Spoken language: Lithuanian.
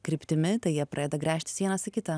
kryptimi tai jie pradeda gręžtis vienas į kitą